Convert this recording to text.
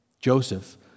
Joseph